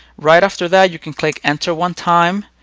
right after that, you can click enter one time.